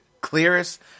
clearest